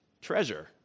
treasure